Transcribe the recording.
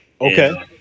Okay